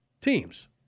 teams